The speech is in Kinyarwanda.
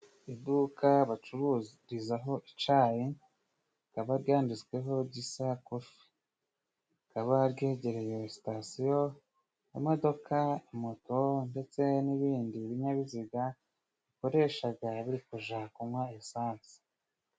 Iduka bacururizamo icayi rikaba ryanditsweho "Gisa Coffe" rikaba ryegereye sitatiyo y'imodoka imoto, ndetse n'ibindi binyabiziga bikoreshaga biri kuja kunwa lisansi.